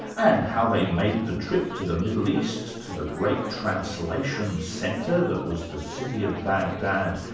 and how they made the trip to the middle east, to the great translation centre that was the city of baghdad,